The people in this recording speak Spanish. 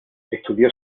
estudió